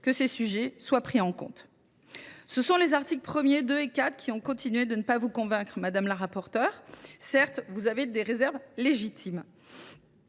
que ces sujets soient pris en compte dans le texte. Ce sont les articles 1, 2 et 4 qui ont continué de ne pas vous convaincre, madame la rapporteure. Certes, vous avez des réserves légitimes,